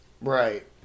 Right